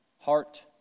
heart